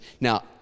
Now